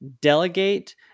delegate